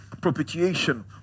propitiation